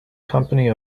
company